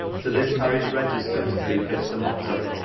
to this parish register is prefixed a motto,